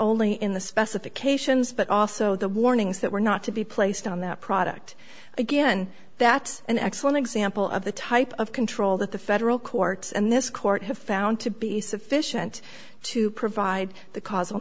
only in the specifications but also the warnings that were not to be placed on that product again that's an excellent example of the type of control that the federal courts and this court have found to be sufficient to provide the causal